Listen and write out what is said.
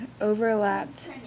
overlapped